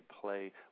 play